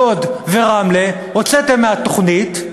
לוד ורמלה הוצאתם מהתוכנית,